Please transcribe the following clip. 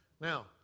Now